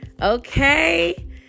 Okay